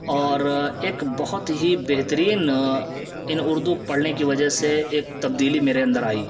اور ایک بہت ہی بہترین ان اردو پڑھنے کی وجہ سے ایک تبدیلی میرے اندر آئی